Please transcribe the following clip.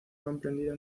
comprendido